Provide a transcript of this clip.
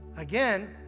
Again